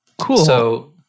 Cool